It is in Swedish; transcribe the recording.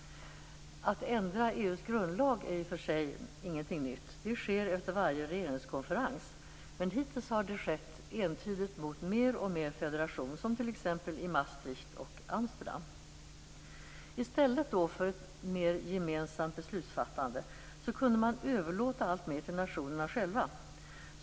Att ändra EU:s grundlag är i och för sig ingenting nytt. Det sker efter varje regeringskonferens. Men hittills har det skett entydigt mot mer och mer federation, t.ex. i Maastricht och Amsterdam. I stället för ett mer gemensamt beslutsfattande kunde man överlåta alltmer till nationerna själva.